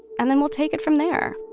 and then we'll take it from there